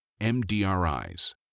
MDRIs